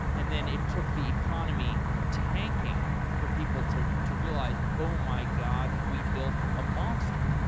and then it took the economy tanking for people to to realize, oh my god! we built a monster.